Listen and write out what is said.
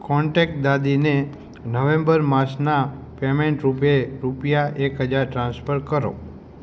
contact દાદીને November માસનાં પેમેંટરૂપે રૂપિયા એક હજાર ટ્રાન્સફર કરો